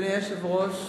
אדוני היושב-ראש,